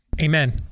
Amen